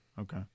Okay